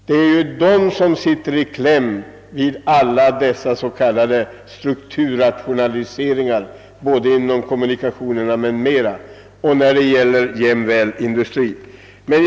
Det är dessa grupper som kommer i kläm vid alla s.k. strukturrationaliseringar både inom kommunikationerna och inom industrin.